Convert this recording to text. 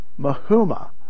mahuma